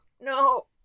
no